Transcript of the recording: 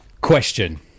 question